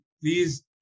please